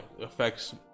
affects